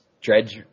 Dredge